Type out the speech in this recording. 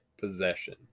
Possession